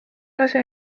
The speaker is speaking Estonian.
lase